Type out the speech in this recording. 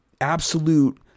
absolute